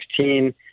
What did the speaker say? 2016